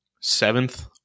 seventh –